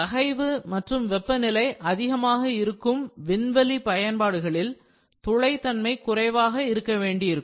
தகைவு மற்றும் வெப்பநிலை அதிகமாக இருக்கும் விண்வெளி பயன்பாடுகளில் துளை தன்மை குறைவாக இருக்க வேண்டியிருக்கும்